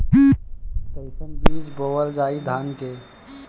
कईसन बीज बोअल जाई धान के?